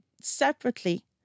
separately